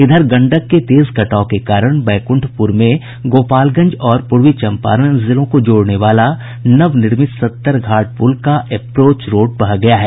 इधर गंडक के तेज कटाव के कारण बैकुंठपुर में गोपालगंज और पूर्वी चंपारण जिलों को जोड़ने वाला नव निर्मित सत्तर घाट पुल का एप्रोच रोड बह गया है